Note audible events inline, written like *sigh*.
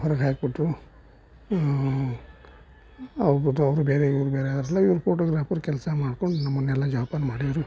ಹೊರಗೆ ಹಾಕಿಬಿಟ್ರು *unintelligible* ಅವರು ಬೇರೆ ಇವರು ಬೇರೆ *unintelligible* ಇವರು ಫೋಟೋಗ್ರಾಫರ್ ಕೆಲಸ ಮಾಡ್ಕೊಂಡು ನಮ್ಮನ್ನೆಲ್ಲ ಜೋಪಾನ ಮಾಡಿದರು